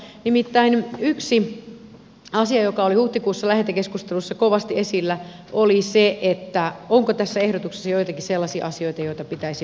nimittäin yksi asia joka oli huhtikuussa lähetekeskustelussa kovasti esillä oli se onko tässä ehdotuksessa joitakin sellaisia asioita joita pitäisi viilata